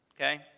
Okay